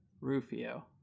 Rufio